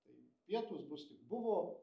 tai pietūs bus tik buvo